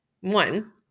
one